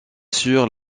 sur